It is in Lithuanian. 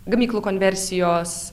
gamyklų konversijos